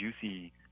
juicy